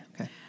Okay